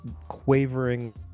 quavering